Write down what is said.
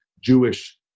Jewish